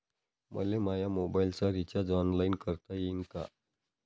मले माया मोबाईलचा रिचार्ज ऑनलाईन करता येईन का?